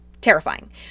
Terrifying